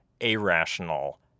irrational